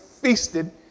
feasted